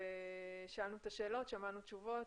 שאלנו שאלות ושמענו תשובות,